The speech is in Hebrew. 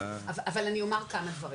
אבל אני אומר כמה דברים,